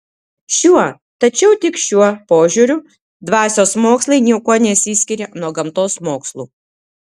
šiuo tačiau tik šiuo požiūriu dvasios mokslai niekuo nesiskiria nuo gamtos mokslų